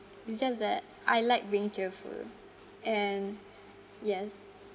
it's just that I like being cheerful and yes